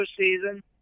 season